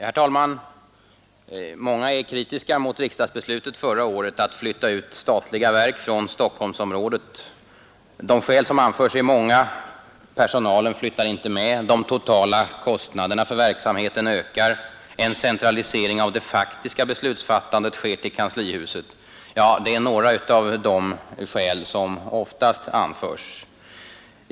Herr talman! Många är kritiska mot riksdagsbeslutet förra året att flytta ut statliga verk från Stockholmsområdet. De skäl som anförs är många: Personalen flyttar inte med. De totala kostnaderna för verksamheten ökar. En centralisering av det faktiska beslutsfattandet sker till kanslihuset. Ja, det är några av de skäl som oftast anförs.